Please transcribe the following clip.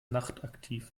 nachtaktiv